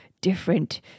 different